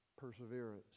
perseverance